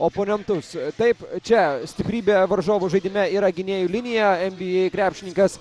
oponentus taip čia stiprybė varžovų žaidime yra gynėjų linija nba krepšininkas